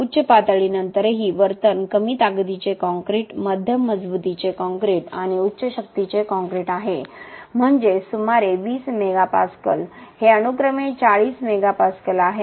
उच्च पातळीनंतरही वर्तन कमी ताकदीचे काँक्रीट मध्यम मजबुतीचे काँक्रीट आणि उच्च शक्तीचे काँक्रीट आहे म्हणजे सुमारे 20 MPa हे अनुक्रमे 40 MPa आणि हे 100 MPa आहे